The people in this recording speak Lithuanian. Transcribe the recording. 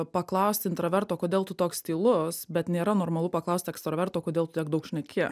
paklaust intraverto kodėl tu toks tylus bet nėra normalu paklaust ekstraverto kodėl tu tiek daug šneki